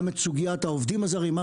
גם סוגית העובדים הזרים.